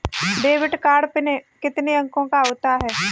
Debit card PIN कितने अंकों का होता है?